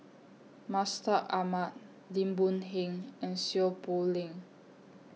Mustaq Ahmad Lim Boon Heng and Seow Poh Leng